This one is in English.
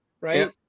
Right